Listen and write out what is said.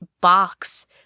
box